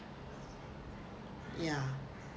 ya